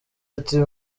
ati